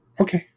Okay